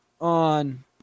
on